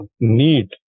need